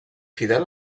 fidel